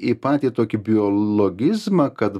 į patį tokį biologizmą kad